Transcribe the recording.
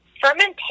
fermentation